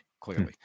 clearly